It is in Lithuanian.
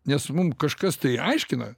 nes mum kažkas tai aiškina